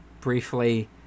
briefly